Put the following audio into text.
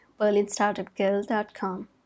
berlinstartupgirl.com